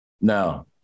now